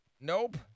nope